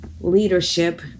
leadership